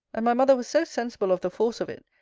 and my mother was so sensible of the force of it,